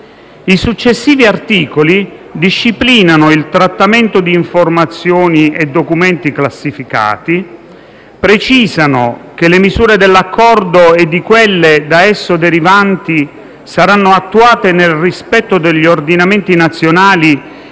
I successivi articoli disciplinano il trattamento di informazioni e documenti classificati, precisano che le misure dell'Accordo e di quelle da esso derivanti saranno attuate nel rispetto degli ordinamenti nazionali